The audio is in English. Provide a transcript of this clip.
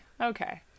Okay